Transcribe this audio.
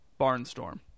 Barnstorm